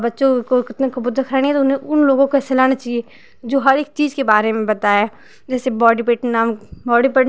बच्चों को कितना को उन लोगों को ऐसे लाने चाहिए जो हर एक चीज के बारे में बताए जैसे बॉडी पेट नाम बॉडी पेट